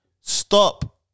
stop